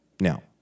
Now